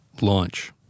Launch